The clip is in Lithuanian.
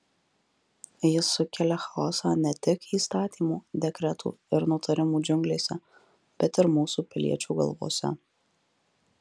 jis sukelia chaosą ne tik įstatymų dekretų ir nutarimų džiunglėse bet ir mūsų piliečių galvose